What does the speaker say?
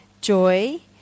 joy